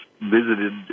visited